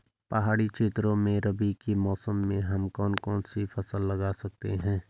पहाड़ी क्षेत्रों में रबी के मौसम में हम कौन कौन सी फसल लगा सकते हैं?